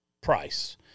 price